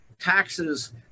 taxes